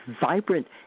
vibrant